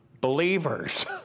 believers